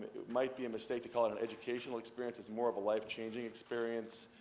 it might be a mistake to call it an educational experience it's more of a life-changing experience.